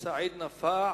סעיד נפאע.